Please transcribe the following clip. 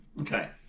okay